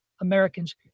Americans